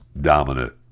dominant